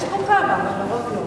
יש פה כמה, אבל הרוב לא.